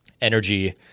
energy